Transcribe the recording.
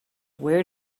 where